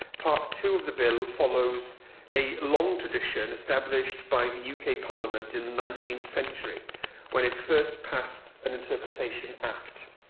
part two of the bill follows a long tradition established by the uk parliament in the nineteenth century when it first passed an interpretation act.